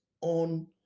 on